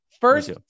first